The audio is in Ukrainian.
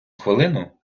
хвилину